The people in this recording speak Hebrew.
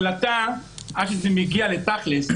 מההחלטה עד שזה מגיע לתכל'ס,